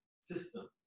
system